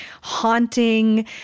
haunting